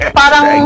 parang